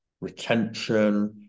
retention